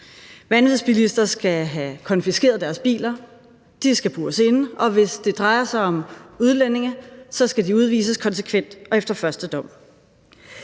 Vanvidsbilister skal have konfiskeret deres biler, de skal bures inde, og hvis det drejer sig om udlændinge, skal de udvises konsekvent og efter første dom.